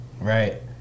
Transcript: right